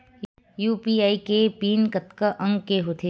UPI के PIN कतका अंक के होथे?